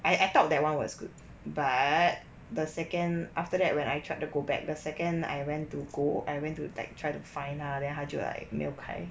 I I thought that [one] was good but the second after that when I tried to go back the second I went to go I went to like try to find lah then 他就没有开